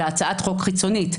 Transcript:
אלא הצעת חוק חיצונית.